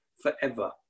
forever